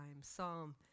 Psalm